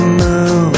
move